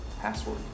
Password